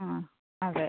ആ അതെ